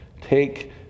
take